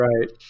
Right